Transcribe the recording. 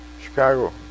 Chicago